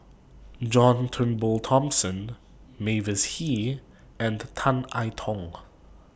John Turnbull Thomson Mavis Hee and Tan I Tong